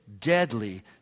deadly